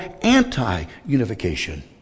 anti-unification